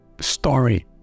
story